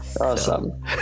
Awesome